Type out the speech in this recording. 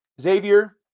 Xavier